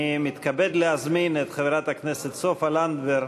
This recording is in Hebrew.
אני מתכבד להזמין את חברת הכנסת סופה לנדבר,